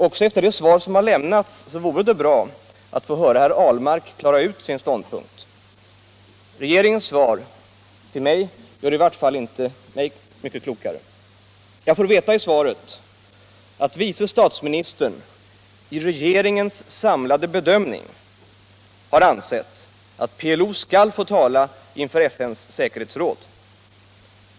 Också efter det svar som har lämnats vore det bra att få höra herr Ahlmark klargöra sin ståndpunkt. Regeringens svar gör mig inte mycket klokare. Jag får veta i svaret att vice statsministern vid regeringens ”samlade bedömning” har ansett att PLO skall få tala inför FN:s säkerhetsråd.